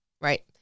right